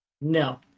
no